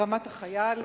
ברמת-החייל.